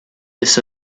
this